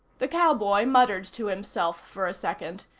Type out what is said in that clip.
the cowboy muttered to himself for a second,